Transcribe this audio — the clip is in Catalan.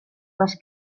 les